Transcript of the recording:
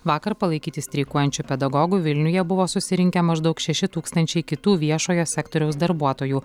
vakar palaikyti streikuojančių pedagogų vilniuje buvo susirinkę maždaug šeši tūkstančiai kitų viešojo sektoriaus darbuotojų